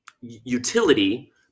utility